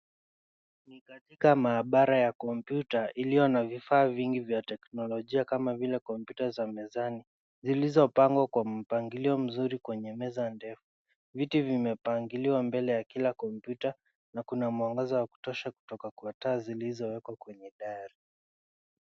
Ni katika maabara ya kompyuta iliyo na vifaa vingi vya teknolojia kama vile kompyuta za mezani zilizopangwa kwa mpangilio mzuri kwenye meza ndefu, viti vimepangiliwa mbele ya kila kompyuta na kuna mwangaza wa kutosha kutoka kwa taa zilizowekwa kwenye dari.